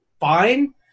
fine